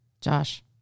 Josh